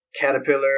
Caterpillar